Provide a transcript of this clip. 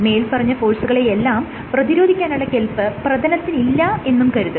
മേല്പറഞ്ഞ ഫോഴ്സുകളെയെല്ലാം പ്രതിരോധിക്കാനുള്ള കെൽപ് പ്രതലത്തിനില്ല എന്നും കരുതുക